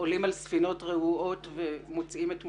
עולים על ספינות רעועות ומוצאים את מותם.